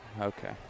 okay